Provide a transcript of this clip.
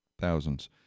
thousands